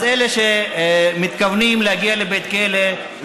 אלה שמתכוונים להגיע לבית כלא,